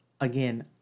again